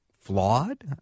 flawed